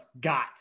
got